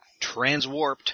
Transwarped